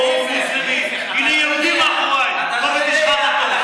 הו מוסלמי, הנה יהודי מאחורי, בוא ותשחט אותו,